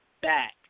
back